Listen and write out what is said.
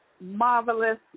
marvelous